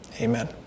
Amen